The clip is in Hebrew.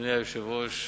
אדוני היושב-ראש,